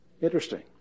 Interesting